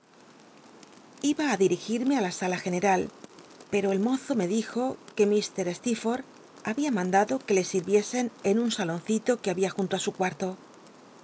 iba á dirigirme á la sala general pero el mozo me dijo juc ik steel'forth babia mandado que le sirviesen en un saloncito que babia junto á su cuarto